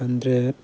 hundred